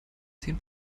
zehn